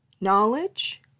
knowledge